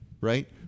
right